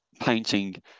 painting